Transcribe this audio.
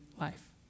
life